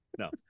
No